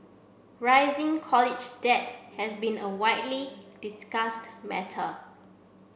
rising college debt has been a widely discussed matter